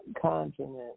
continent